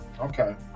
Okay